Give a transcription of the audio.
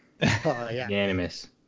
Unanimous